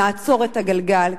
נעצור את הגלגל,